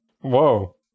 Whoa